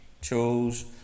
chose